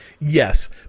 yes